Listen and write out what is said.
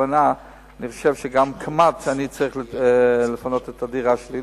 אני חושב שגם אני צריך לפנות את הדירה שלי,